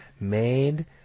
made